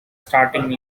starting